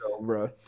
bro